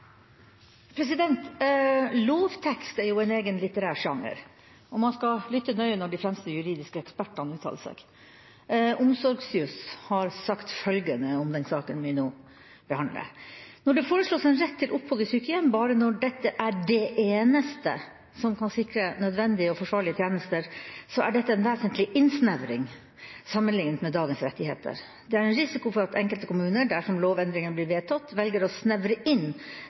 replikkordskifte. Lovtekst er jo en egen litterær sjanger, og man skal lytte nøye når de fremste juridiske ekspertene uttaler seg. Omsorgsjuss har sagt følgende om den saken vi nå behandler: «Når det foreslås en rett til opphold i sykehjem bare når dette er «det eneste» som kan sikre nødvendige og forsvarlige tjenester, så er dette en vesentlig innsnevring sammenlignet med dagens rettigheter. Det er en risiko for at enkelte kommuner – dersom lovendringen blir vedtatt – velger å snevre inn